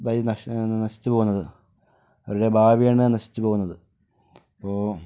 നശിച്ചു പോകുന്നത് അവരുടെ ഭാവിയാണ് നശിച്ച് പോകുന്നത് അപ്പോൾ